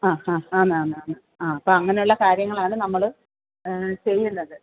ആ ആ ആന്നാന്നാന്ന് ആ അപ്പങ്ങനുള്ള കാര്യങ്ങളാണ് നമ്മൾ ചെയ്യുന്നത്